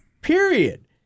Period